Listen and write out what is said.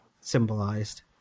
symbolized